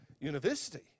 university